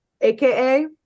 AKA